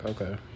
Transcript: Okay